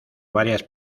varias